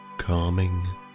calming